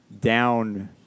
down